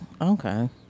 Okay